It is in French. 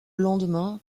lendemain